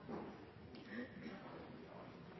Så